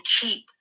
keep